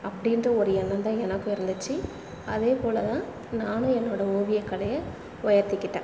அப்படின்ற ஒரு எண்ணம் தான் எனக்கும் இருந்துச்சு அதே போல்தான் நானும் என்னோட ஓவிய கலையை உயர்த்திக்கிட்டேன்